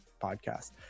podcast